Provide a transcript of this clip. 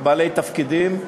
בעלי תפקידים,